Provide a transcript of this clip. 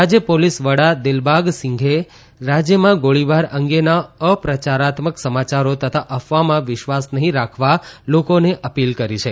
રાજ્ય પોલીસ વડા દિલબાગસિંહે રાજ્યમાં ગોળીબાર અંગેના અપપ્રચારાત્મક સમાચારો તથા અફવામાં વિશ્વાસ નહીં રાખવા લોકોને અપીલ કરી છે